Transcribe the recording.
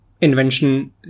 invention